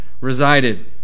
resided